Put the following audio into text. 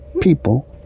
people